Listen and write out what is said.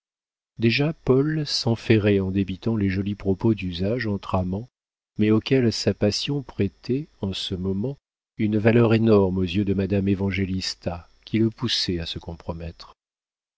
déjà paul s'enferrait en débitant les jolis propos d'usage entre amants mais auxquels sa passion prêtait en ce moment une valeur énorme aux yeux de madame évangélista qui le poussait à se compromettre